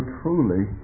truly